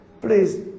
Please